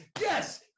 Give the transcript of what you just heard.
yes